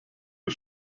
die